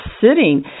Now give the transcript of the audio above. sitting